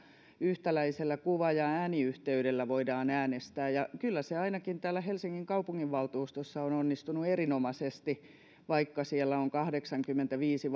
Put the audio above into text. yhtäläisellä kuva ja ääniyhteydellä voidaan äänestää ja kyllä se ainakin täällä helsingin kaupunginvaltuustossa on onnistunut erinomaisesti vaikka siellä on kahdeksankymmentäviisi